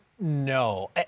No